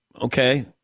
Okay